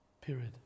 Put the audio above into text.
period